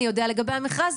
אני יודע לגבי המכרז.